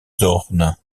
zorn